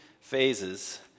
phases